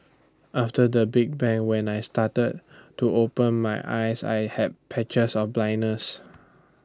after the big bang when I started to open my eyes I had patches of blindness